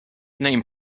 name